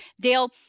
Dale